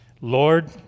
Lord